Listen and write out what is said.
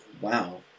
Wow